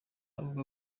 avuga